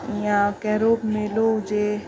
या कहिड़ो बि मेलो हुजे